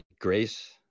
grace